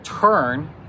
turn